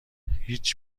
هیچ